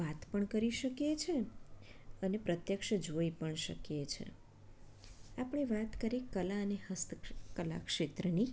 વાત પણ કરી શકીએ છીએ અને પ્રત્યક્ષ જોઈ પણ શકીએ છીએ આપણે વાત કરી કલા અને હસ્તકલા ક્ષેત્રની